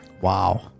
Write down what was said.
Wow